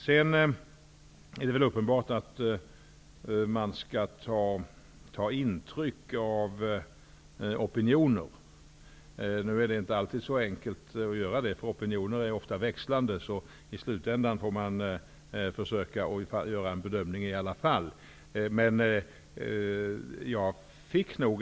Det är väl uppenbart att man skall ta intryck av opinioner. Nu är det inte alltid så enkelt att göra det, eftersom opinionerna växlar. I slutändan får man därför försöka att ändå göra en bedömning.